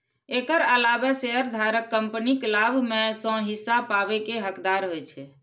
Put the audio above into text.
एकर अलावे शेयरधारक कंपनीक लाभ मे सं हिस्सा पाबै के हकदार होइ छै